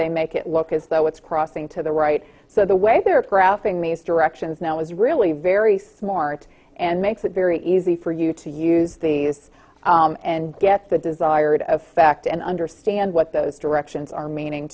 they make it look as though it's crossing to the right so the way they're crafting these directions now is really very smart and makes it very easy for you to use these and get the desired effect and understand what those directions are meaning